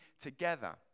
together